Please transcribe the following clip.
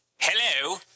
Hello